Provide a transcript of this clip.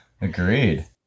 Agreed